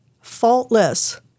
faultless